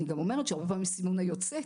אני גם אומרת שהרבה פעמים סימונה יוצאת,